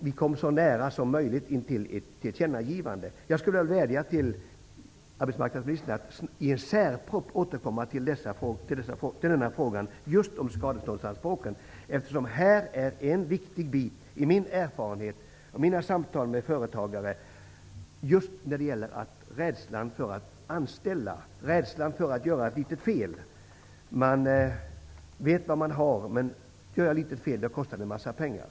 Vi kom mycket nära ett tillkännagivande. Jag vädjar till arbetsmarknadsministern att i en särproposition återkomma till frågan om skadeståndsanspråken. Min erfarenhet av samtal med företagare säger att de är rädda för att anställa och för att göra något litet fel. Man vet vad man har, men om man gör ett litet fel kostar det mycket pengar.